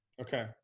Okay